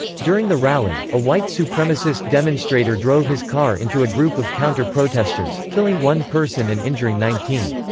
during the rally, a white supremacist demonstrator drove his car into a group of counter-protesters, killing one person and injuring nineteen.